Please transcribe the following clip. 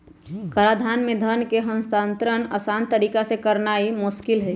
कराधान में धन का हस्तांतरण असान तरीका से करनाइ मोस्किल हइ